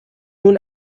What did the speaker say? nun